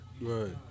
right